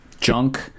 junk